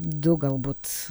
du galbūt